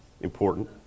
important